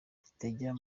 ritajya